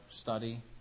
study